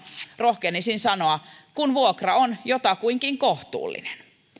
rohkenisin sanoa että kun vuokra on jotakuinkin kohtuullinen